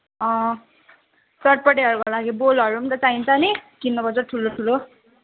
चटपटेहरूको लागि बोलहरू पनि त चाहिन्छ नि किन्नु पर्छ ठुलो ठुलो